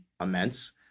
immense